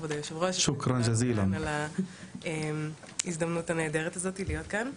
כבוד היושב-ראש ותודה על ההזדמנות הנהדרת להיות כאן.